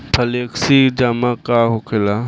Flexi जमा का होखेला?